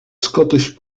scottish